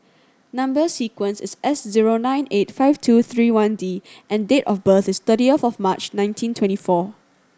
number sequence is S zero nine eight five two three one D and date of birth is thirtieth of March nineteen twenty four